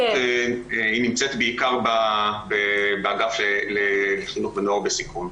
היא נמצאת בעיקר באגף לחינוך ונוער בסיכון.